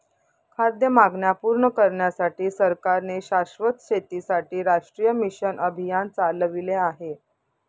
खाद्य मागण्या पूर्ण करण्यासाठी सरकारने शाश्वत शेतीसाठी राष्ट्रीय मिशन अभियान चालविले आहे